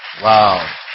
wow